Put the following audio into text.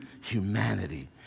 humanity